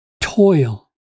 Toil